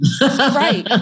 Right